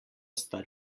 sta